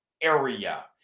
area